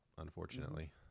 unfortunately